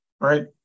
right